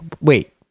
wait